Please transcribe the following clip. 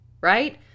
right